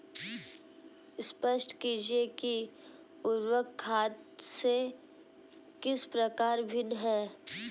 स्पष्ट कीजिए कि उर्वरक खाद से किस प्रकार भिन्न है?